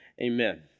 amen